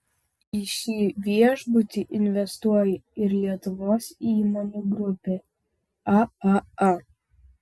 į šį viešbutį investuoja ir lietuvos įmonių grupė aaa